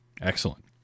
Excellent